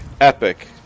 epic